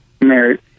Married